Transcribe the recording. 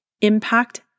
impact